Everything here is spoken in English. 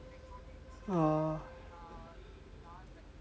orh